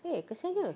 eh kasihannya